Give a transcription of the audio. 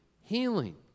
healing